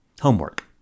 Homework